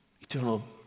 eternal